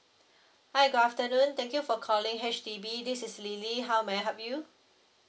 hi good afternoon thank you for calling H_D_B this is lily how may I help you